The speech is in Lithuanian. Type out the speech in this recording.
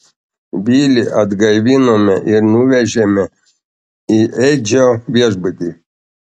vilį atgaivinome ir nuvežėme į edžio viešbutį